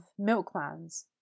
milkmans